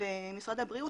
ומשרד הבריאות,